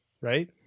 Right